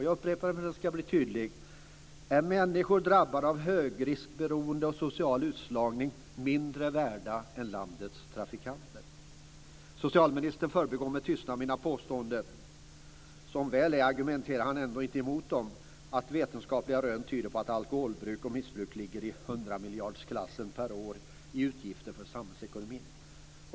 Jag upprepar frågan för att den ska bli tydlig: Är människor drabbade av högriskberoende och social utslagning mindre värda än landets trafikanter? Socialministern förbigår med tystnad mina påståenden - som väl är argumenterar han ändå inte emot dem - att vetenskapliga rön tyder på att alkoholbruk och missbruk ligger i klassen hundratals miljarder kronor per år när det gäller utgifter för samhället.